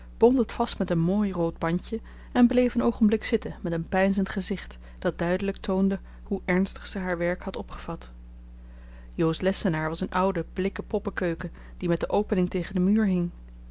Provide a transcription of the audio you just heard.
bond het vast met een mooi rood bandje en bleef een oogenblik zitten met een peinzend gezicht dat duidelijk toonde hoe ernstig ze haar werk had opgevat jo's lessenaar was een oude blikken poppenkeuken die met de opening tegen den muur hing